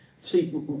See